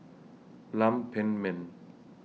Lam Pin Min